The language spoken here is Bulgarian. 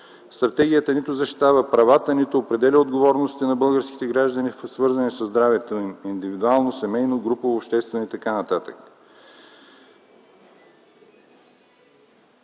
Стратегията нито защитава правата, нито определя отговорностите на българските граждани, свързани със здравето им – индивидуално, семейно, групово, обществено и т.н.